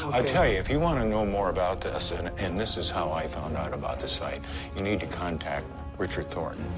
i tell you, if you want to know more about this and and this is how i found out about the site you need to contact richard thornton.